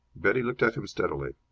betty looked at him steadily.